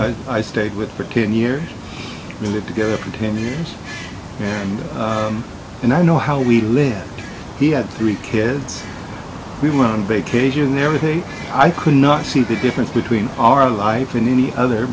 met i stayed with for ten years we did together for ten years and and i know how we lived he had three kids we went on vacation everything i could not see the difference between our life and any other